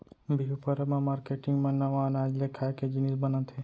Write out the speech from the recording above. बिहू परब म मारकेटिंग मन नवा अनाज ले खाए के जिनिस बनाथे